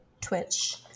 twitch